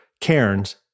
Cairns